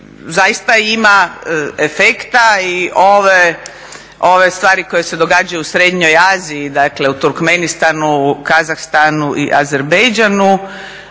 zaista ima efekta i ove stvari koje se događaju u srednjoj Aziji, dakle u …, Kazahstanu i Azerbejđanu